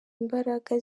imbaraga